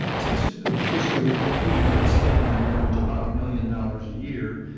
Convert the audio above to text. since fiscal year fifteen, we've been spending on average about a million dollars a year,